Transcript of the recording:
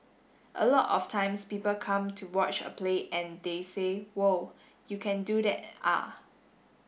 a lot of times people come to watch a play and they say whoa you can do that ah